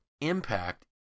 impact